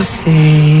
say